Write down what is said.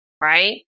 right